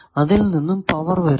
അതിൽ നിന്നും പവർ വരുന്നു